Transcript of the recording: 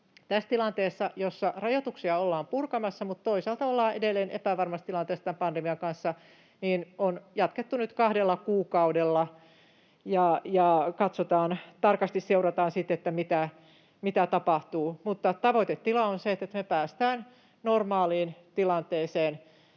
tässä tilanteessa, jossa rajoituksia ollaan purkamassa mutta toisaalta ollaan edelleen epävarmassa tilanteessa tämän pandemian kanssa, jatketaan 2 kuukaudella ja tarkasti seurataan sitten, mitä tapahtuu. Mutta tavoitetila on se, että me päästään normaaliin tilanteeseen